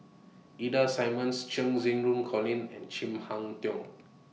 Ida Simmons Cheng Xinru Colin and Chin Harn Tong